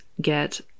get